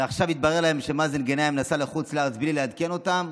ועכשיו התברר להם שמאזן גנאים נסע לחוץ לארץ בלי לעדכן אותם.